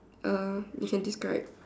uh you can describe